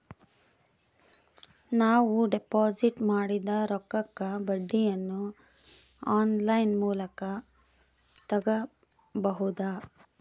ನಾವು ಡಿಪಾಜಿಟ್ ಮಾಡಿದ ರೊಕ್ಕಕ್ಕೆ ಬಡ್ಡಿಯನ್ನ ಆನ್ ಲೈನ್ ಮೂಲಕ ತಗಬಹುದಾ?